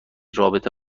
رابطه